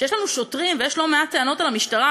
כשיש לנו שוטרים ויש לא מעט טענות על המשטרה,